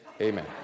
amen